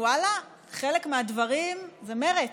לעצמי: ואללה, חלק מהדברים זה מרצ,